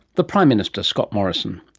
the prime minister scott morrison.